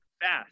fast